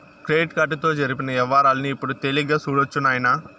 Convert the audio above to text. credit కార్డుతో జరిపిన యవ్వారాల్ని ఇప్పుడు తేలిగ్గా సూడొచ్చు నాయనా